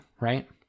right